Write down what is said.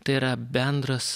tai yra bendras